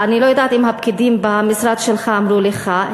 אני לא יודעת אם הפקידים במשרד שלך אמרו לך,